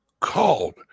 called